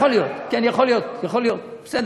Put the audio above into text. יכול להיות, כן, יכול להיות, בסדר.